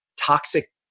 toxic